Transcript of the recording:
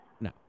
No